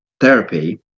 therapy